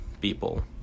people